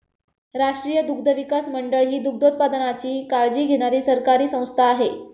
राष्ट्रीय दुग्धविकास मंडळ ही दुग्धोत्पादनाची काळजी घेणारी सरकारी संस्था आहे